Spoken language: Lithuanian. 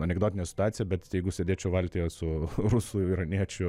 anekdotinė situacija bet jeigu sėdėčiau valtyje su rusu iraniečiu